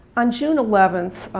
on june eleventh,